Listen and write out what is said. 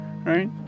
Right